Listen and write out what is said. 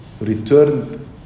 returned